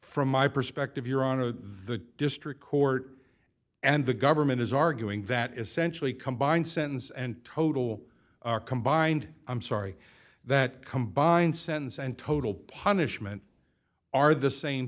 from my perspective you're on to the district court and the government is arguing that essentially combined sentence and total are combined i'm sorry that combined sentence and total punishment are the same